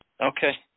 Okay